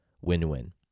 Win-win